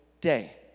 day